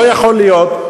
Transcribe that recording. לא יכול להיות,